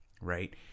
Right